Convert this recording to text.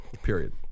Period